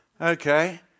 Okay